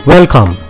Welcome